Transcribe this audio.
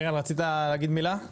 מריאן רצית לומר מילה?